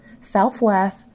self-worth